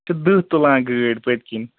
یہ چھ دُہہ تُلان گٲڈۍ پٔتۍ کن